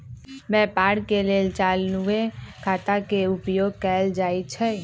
व्यापार के लेल चालूये खता के उपयोग कएल जाइ छइ